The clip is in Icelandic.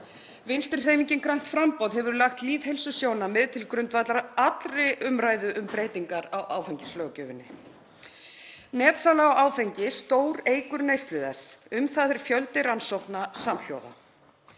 Vinstrihreyfingin – grænt framboð hefur lagt lýðheilsusjónarmið til grundvallar allri umræðu um breytingar á áfengislöggjöfinni. Netsala á áfengi stóreykur neyslu þess. Um það er fjöldi rannsókna samhljóða.